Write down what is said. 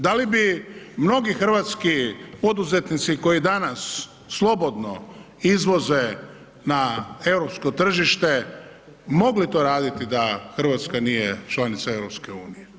Da li bi mnogi hrvatski poduzetnici koji danas slobodno izvoze na europsko tržište mogli to raditi da Hrvatska nije članica EU?